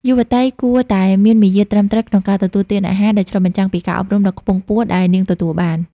យុវតីគួរតែ "មានមារយាទត្រឹមត្រូវក្នុងការទទួលទានអាហារ" ដែលឆ្លុះបញ្ចាំងពីការអប់រំដ៏ខ្ពង់ខ្ពស់ដែលនាងទទួលបាន។